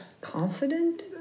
Confident